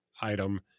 item